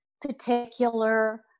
particular